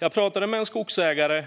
Jag pratade för